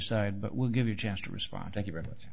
side that will give you a chance to respond thank you very much